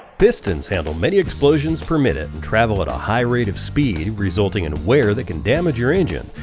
pistons handle many explosions per minute and travel at a high rate of speed resulting in wear that can damage your engine.